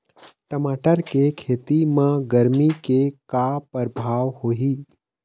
टमाटर के खेती म गरमी के का परभाव होही?